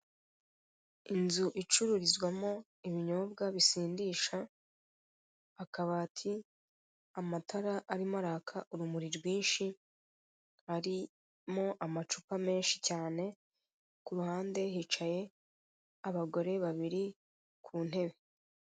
Inzu icururizwamo ibinyobwa bisindisha, akabati, amatara arimo araka urumuri rwinshi, harimo amacupa menshi cyane, ku ruhande hicaye abagore babiri ku ntebe.